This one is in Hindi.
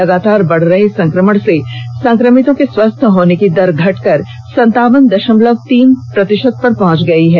लगातार बढ़ रहे संकमण से संकमितों को स्वस्थ होने की दर घटकर संतावन दशमलव तीन प्रंतिशत पर पहुंच गयी है